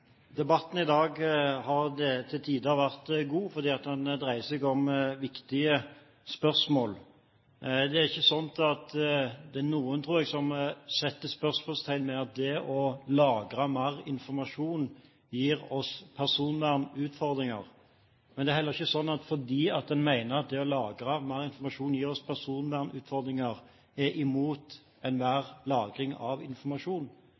Debatten i dag har til tider vært god, fordi den dreier seg om viktige spørsmål. Det er ikke noen, tror jeg, som setter spørsmålstegn ved at det å lagre mer informasjon gir oss personvernutfordringer. Men det er heller ikke sånn at fordi en mener at det å lagre mer informasjon gir oss personvernutfordringer, er en imot enhver lagring av informasjon.